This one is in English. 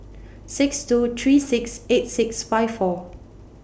six two three six eight six five four